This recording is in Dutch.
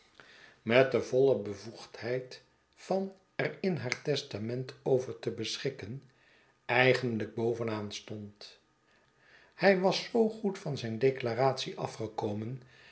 met de voile bevoegdheid van er in haar testament over te beschikken eigenlijk boven aan stond hij was zoo goed van zijn declaratie afgekomen